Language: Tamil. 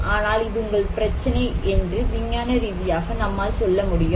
ஆனால் இது உங்கள் பிரச்சினை என்று விஞ்ஞான ரீதியாக நம்மால் சொல்ல முடியும்